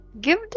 Give